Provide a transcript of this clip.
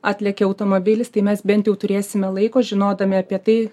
atlekia automobilis tai mes bent jau turėsime laiko žinodami apie tai